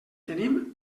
tenim